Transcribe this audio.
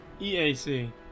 EAC